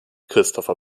christopher